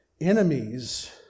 enemies